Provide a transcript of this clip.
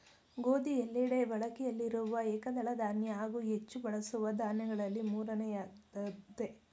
ಗೋಧಿ ಎಲ್ಲೆಡೆ ಬಳಕೆಯಲ್ಲಿರುವ ಏಕದಳ ಧಾನ್ಯ ಹಾಗೂ ಹೆಚ್ಚು ಬಳಸುವ ದಾನ್ಯಗಳಲ್ಲಿ ಮೂರನೆಯದ್ದಾಗಯ್ತೆ